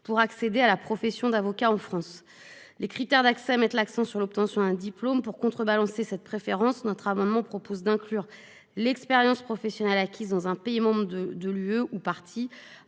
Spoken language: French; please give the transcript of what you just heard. pour accéder à la profession d'avocat en France les critères d'accès mettent l'accent sur l'obtention un diplôme pour contrebalancer cette préférence notre amendement propose d'inclure l'expérience professionnelle acquise dans un pays membre de de l'UE ou parties